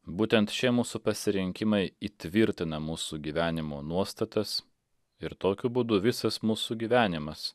būtent šie mūsų pasirinkimai įtvirtina mūsų gyvenimo nuostatas ir tokiu būdu visas mūsų gyvenimas